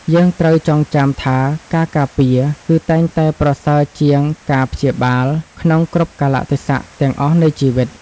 យើងត្រូវចងចាំថាការការពារ គឺតែងតែប្រសើរជាងការព្យាបាលក្នុងគ្រប់កាលៈទេសៈទាំងអស់នៃជីវិត។